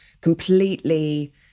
completely